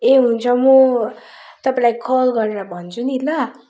ए हुन्छ म तपाईँलाई कल गरेर भन्छु नि ल